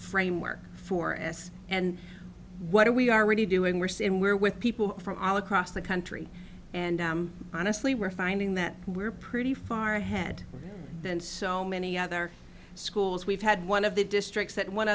framework for us and what we are really doing worse and we're with people from all across the country and honestly we're finding that we're pretty far ahead then so many other schools we've had one of the districts that one